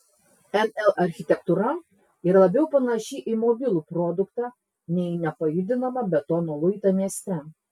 nl architektūra yra labiau panaši į mobilų produktą nei į nepajudinamą betono luitą mieste